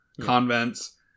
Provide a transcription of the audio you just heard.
convents